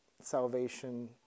salvation